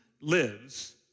lives